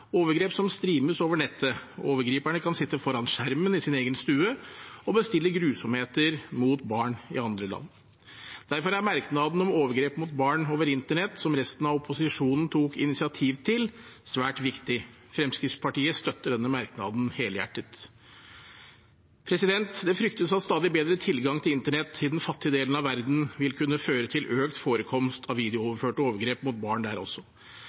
overgrep som streames over nettet. Overgriperne kan sitte foran skjermen i sin egen stue og bestille grusomheter mot barn i andre land. Derfor er merknaden om overgrep mot barn over internett, som resten av opposisjonen tok initiativ til, svært viktig. Fremskrittspartiet støtter denne merknaden helhjertet. Det fryktes at stadig bedre tilgang til internett i den fattige delen av verden vil kunne føre til økt forekomst av videooverførte overgrep mot barn der også.